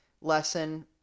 lesson